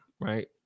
right